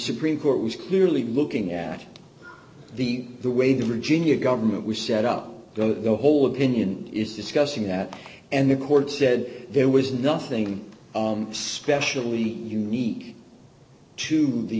supreme court was clearly looking at the way the regina government was set up the whole opinion is discussing that and the court said there was nothing specially unique to the